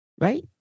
right